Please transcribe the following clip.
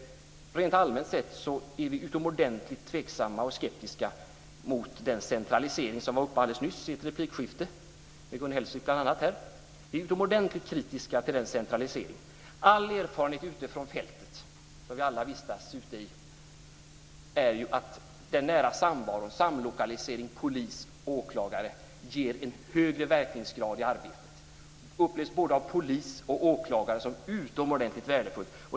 Rent allmänt är vi utomordentligt tveksamma och skeptiska mot den centralisering som var uppe alldeles nyss i ett replikskifte med bl.a. Gun Hellsvik. Vi är utomordentligt kritiska till den centraliseringen. All erfarenhet utifrån fältet, där vi alla vistas, är att den nära samvaron, samlokaliseringen med polis och åklagare ger en högre verkningsgrad i arbetet. Den upplevs både av polis och åklagare som utomordentligt värdefull.